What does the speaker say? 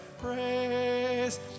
praise